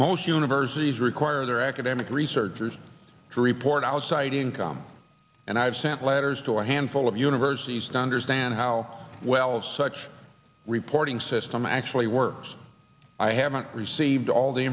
most universities require their academic researchers to report i was citing come and i've sent letters to a handful of universities to understand how well of such reporting system actually works i haven't received all the